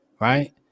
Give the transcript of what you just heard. Right